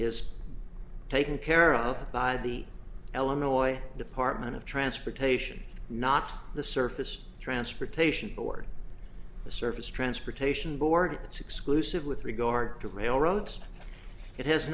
is taken care of by the eleanor department of transportation not the surface transportation board the surface transportation board it's exclusive with regard to railroads it has